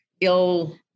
ill